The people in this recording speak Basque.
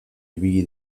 ibili